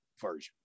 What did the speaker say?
version